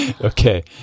Okay